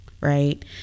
right